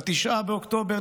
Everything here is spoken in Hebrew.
ב-9 באוקטובר,